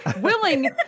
willing